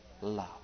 love